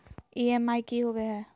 EMI की होवे है?